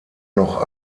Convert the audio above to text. noch